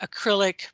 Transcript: acrylic